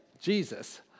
Jesus